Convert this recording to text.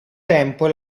tempo